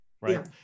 right